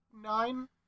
nine